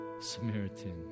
Samaritan